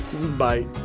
Bye